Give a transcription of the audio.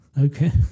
okay